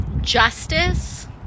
justice